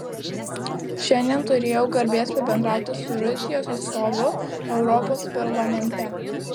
šiandien turėjau garbės pabendrauti su rusijos atstovu europos parlamente